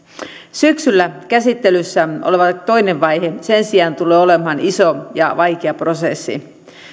syksyllä käsittelyssä oleva toinen vaihe sen sijaan tulee olemaan iso ja vaikea prosessi